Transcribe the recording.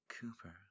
Cooper